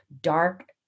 dark